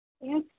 Yes